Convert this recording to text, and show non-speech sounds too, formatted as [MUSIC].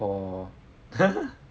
for [LAUGHS]